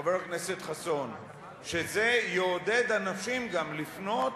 חבר הכנסת חסון, שזה יעודד אנשים גם לפנות,